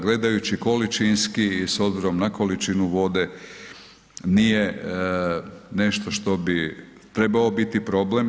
Gledajući količinski i s obzirom na količinu vode nije nešto što bi trebao biti problem.